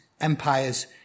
empires